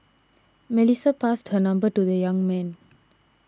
Melissa passed her number to the young man